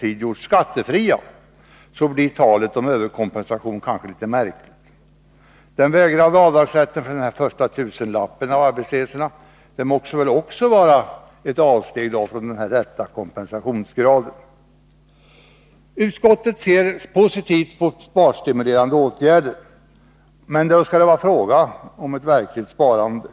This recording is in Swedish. tid gjorts skattefria, blir talet om överkompensation kanske litet märkligt. Den vägrade avdragsrätten för första tusenlappen av kostnaderna för arbetsresor måste väl också vara ett avsteg från den rätta kompensationsgraden. Utskottet ser positivt på sparstimulerande åtgärder, men då skall det vara fråga om ett verkligt nysparande.